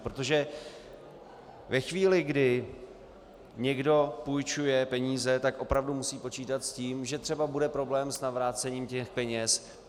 Protože ve chvíli, kdy někdo půjčuje peníze, tak opravdu musí počítat s tím, že třeba bude problém s navrácením peněz.